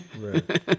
Right